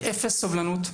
אפס סובלנות.